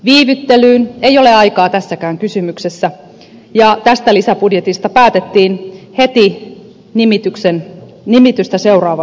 viivyttelyyn ei ole aikaa tässäkään kysymyksessä ja tästä lisäbudjetista päätettiin heti nimitystä seuraavana päivänä